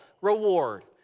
reward